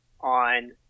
on